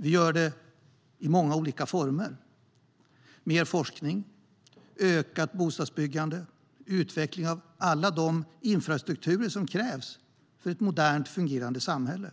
Vi gör det i många olika former: mer forskning, ökat bostadsbyggande och utveckling av all den infrastruktur som krävs för ett modernt, fungerande samhälle.